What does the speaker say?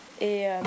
et